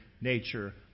nature